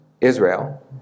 Israel